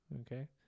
Okay